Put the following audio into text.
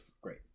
great